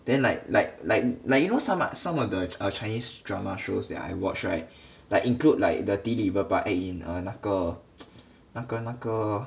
then like like like like you know are some ah some of the err chinese drama shows that I watch right like include like the 迪丽热巴 act in err 那个 那个那个